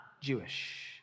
Jewish